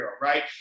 right